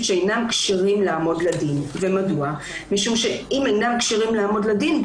שאינם כשירים לעמוד לדין משום שאם אינם כשירים לעמוד לדין,